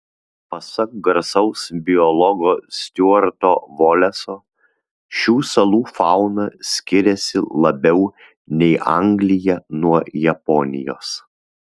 pasak garsaus biologo stiuarto voleso šių salų fauna skiriasi labiau nei anglija nuo japonijos